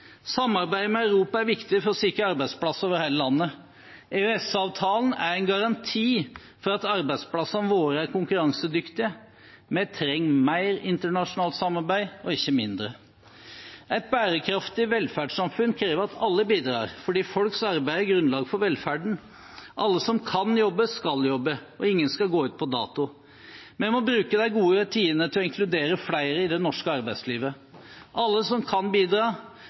Samarbeidet med Europa er viktig for å sikre arbeidsplasser over hele landet. EØS-avtalen er en garanti for at arbeidsplassene våre er konkurransedyktige. Vi trenger mer internasjonalt samarbeid, ikke mindre. Et bærekraftig velferdssamfunn krever at alle bidrar, fordi folks arbeid er grunnlaget for velferden. Alle som kan jobbe, skal jobbe – og ingen skal gå ut på dato. Vi må bruke de gode tidene til å inkludere flere i det norske arbeidslivet. Alle som kan bidra,